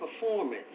performance